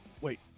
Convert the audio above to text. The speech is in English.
wait